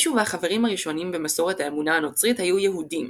ישו והחברים הראשונים במסורת האמונה הנוצרית היו יהודים,